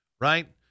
right